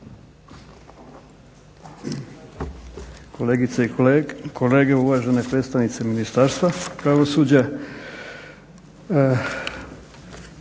Kolegice i kolege, uvaženi predstavnici Ministarstva pravosuđa.